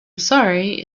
sorry